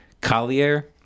collier